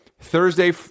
Thursday